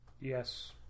yes